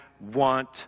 want